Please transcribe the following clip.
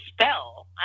spell